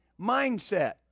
mindset